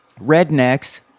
rednecks